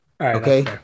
okay